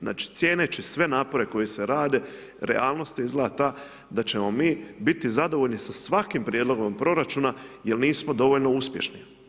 Znači cijene će sve … koji se rade, realnost izgleda ta, da ćemo mi biti zadovoljni sa svakim prijedlogom proračuna. jer nismo dovoljno uspješni.